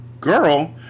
Girl